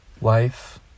life